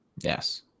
Yes